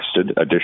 additional